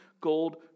gold